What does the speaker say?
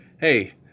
hey